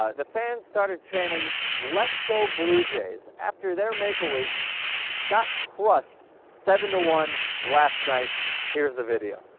ah the fans started chanting let's go belligerence after their maple leafs got crushed seven oh one last night here's the video